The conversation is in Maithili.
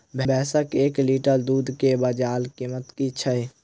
भैंसक एक लीटर दुध केँ बजार कीमत की छै?